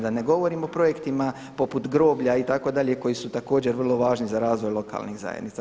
Da ne govorimo o projektima poput groblja itd., koji su također vrlo važni za razvoj lokalnih zajednica.